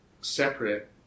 separate